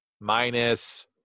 minus